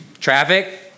Traffic